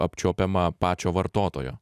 apčiuopiama pačio vartotojo